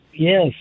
Yes